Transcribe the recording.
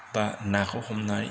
बा नाखौ हमनाय